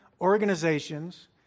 organizations